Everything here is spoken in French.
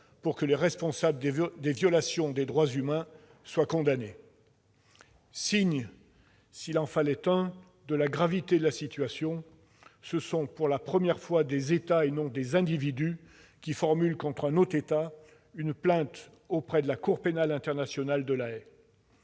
pour que les responsables des violations des droits humains soient condamnés. Signe, s'il en fallait un, de la gravité de la situation, ce sont pour la première fois des États, et non des individus, qui formulent contre un autre État une plainte auprès de la Cour pénale internationale de La Haye.